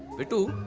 bittu.